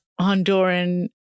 Honduran